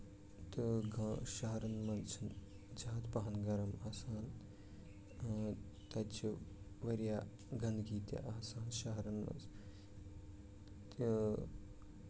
تہٕ شَہرَن منٛز چھِ زیادٕ پَہن گرم آسان تہٕ تَتہِ چھِ واریاہ گندگی تہِ آسان شہرَن منٛز تہٕ